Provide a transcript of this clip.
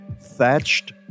thatched